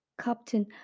Captain